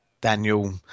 Daniel